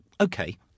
okay